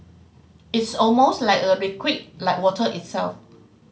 it's almost like a liquid like water itself